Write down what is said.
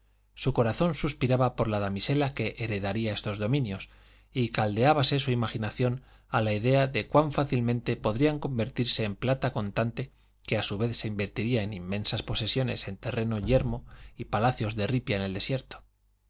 su corazón suspiraba por la damisela que heredaría estos dominios y caldeábase su imaginación a la idea de cuán fácilmente podrían convertirse en plata contante que a su vez se invertiría en inmensas posesiones de terreno yermo y palacios de ripia en el desierto